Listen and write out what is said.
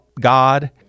God